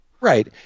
right